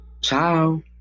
Ciao